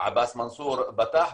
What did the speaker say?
עבאס מנסור פתח,